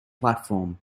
platform